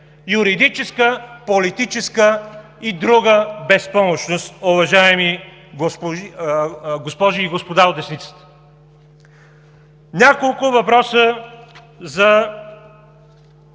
Юридическа, политическа и друга безпомощност, уважаеми госпожи и господа от десницата! Няколко въпроса за